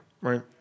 right